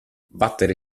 battere